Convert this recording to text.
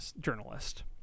journalist